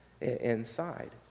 inside